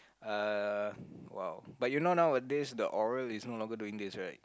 uh !wow! but you know nowadays the Oral is no longer doing this right